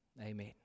Amen